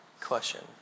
question